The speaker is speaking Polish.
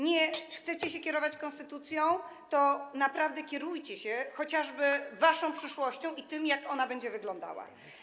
Nie chcecie się kierować konstytucją, więc kierujcie się chociażby waszą przyszłością i tym, jak ona będzie wyglądała.